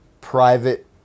private